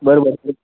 बरं बरं ठीक